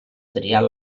triar